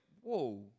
whoa